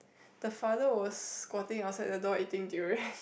the father was squatting outside the door eating durian